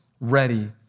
ready